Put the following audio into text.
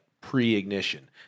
pre-ignition